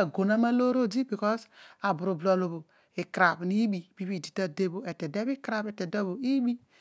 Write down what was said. akoor odi etele bho ikarabh etede iibi